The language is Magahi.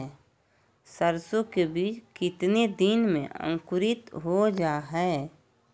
सरसो के बीज कितने दिन में अंकुरीत हो जा हाय?